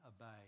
obey